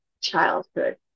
childhood